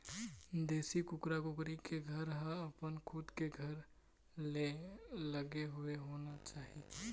देशी कुकरा कुकरी के घर ह अपन खुद के घर ले लगे हुए होना चाही